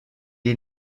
est